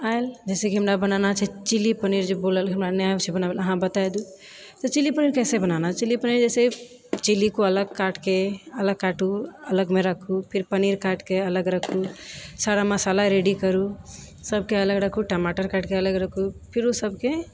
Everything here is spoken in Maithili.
आयल जैसे कि हमरा बनाना छै चिली पनीर जे बोलल हमरा नहि आबै छै अहाँ बताय दु तऽ चिली पनीर कैसे बनाना चिली पनीर जैसे चिली को अलग काटके अलग काटू अलगमे राखू फेर पनीर काटिके अलग राखू सारा मसाला रेडी करू सबके अलग राखू टमाटर काटिके अलग राखू फिर ओ सबके